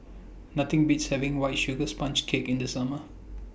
Nothing Beats having White Sugar Sponge Cake in The Summer